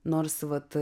nors vat